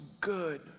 good